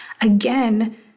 Again